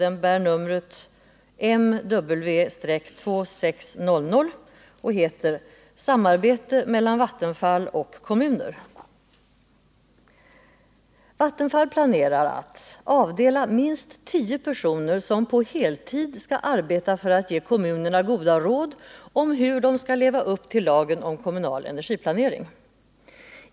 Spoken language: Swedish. Den bär beteckningen AO-BE/MW-2600 och heter Samarbete mellan Vattenfall och kommuner. Vattenfall planerar att avdela minst tio personer som på heltid skall arbeta för att ge kommunerna goda råd om hur de skall leva upp till lagen om kommunal energiplanering.